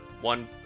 one